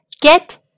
Get